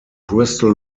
bristol